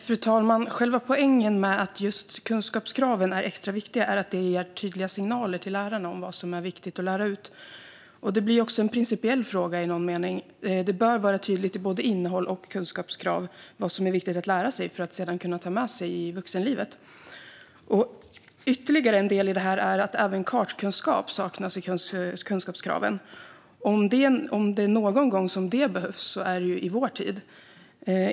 Fru talman! Själva poängen med att just kunskapskraven är extra viktiga är att detta ger tydliga signaler till lärarna om vad som är viktigt att lära ut. Det blir också en principiell fråga i någon mening. Det bör vara tydligt i både innehåll och kunskapskrav vad som är viktigt att lära sig för att sedan kunna ta med sig i vuxenlivet. Ytterligare en del i detta är att även kartkunskap saknas i kunskapskraven. Om det är någon gång som detta behövs är det i vår tid.